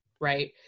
right